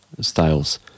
styles